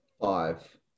Five